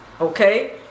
Okay